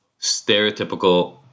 stereotypical